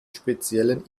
speziellen